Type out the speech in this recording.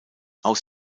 aus